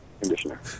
conditioner